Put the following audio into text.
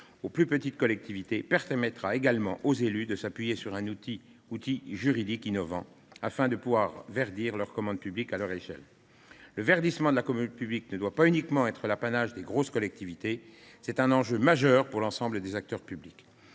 aux plus petites collectivités permettra aux élus de s'appuyer sur un outil juridique innovant afin de verdir, à leur échelle, la commande publique. En effet, le verdissement de la commande publique ne doit pas être l'apanage des grosses collectivités. Il s'agit d'un enjeu majeur pour l'ensemble des acteurs publics.